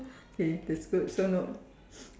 okay that's good so no